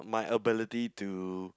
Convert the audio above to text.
my ability to